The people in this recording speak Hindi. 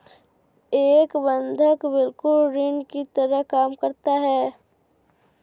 एक बंधक बिल्कुल ऋण की तरह काम करता है